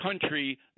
country